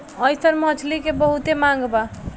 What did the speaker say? अइसन मछली के बहुते मांग बा